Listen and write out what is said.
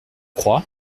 croit